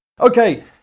Okay